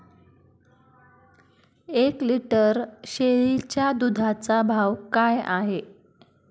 एक लिटर शेळीच्या दुधाचा भाव काय आहे?